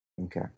okay